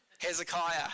hezekiah